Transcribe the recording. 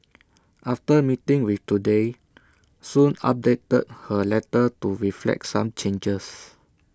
after meeting with Today Soon updated her letter to reflect some changes